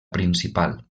principal